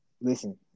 listen